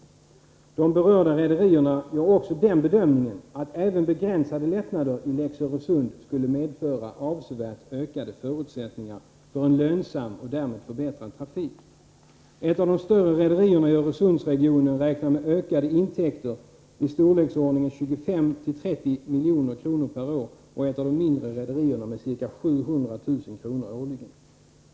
De berörda rederierna gör också den bedömningen att även begränsade lättnader i ”Lex Öresund” skulle medföra avsevärt ökade förutsättningar för en lönsam — och därmed förbättrad — trafik. —-- Ett av de större rederierna i Öresundsregionen räknar med ökade intäkter i storleksordningen 25-30 miljoner kronor per år och ett av de mindre rederierna med cirka 700 000 kronor årligen.